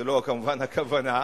זאת כמובן לא הכוונה,